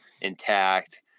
intact